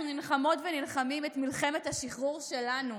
אנחנו נלחמות ונלחמים את מלחמת השחרור שלנו,